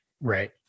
right